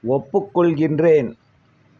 ஒப்புக்கொள்கின்றேன்